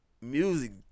music